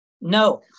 No